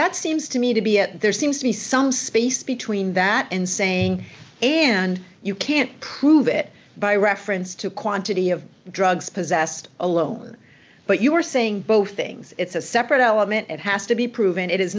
that seems to me to be yet there seems to be some space between that and saying and you can't prove it by reference to a quantity of drugs possessed alone but you are saying both things it's a separate element it has to be proven it is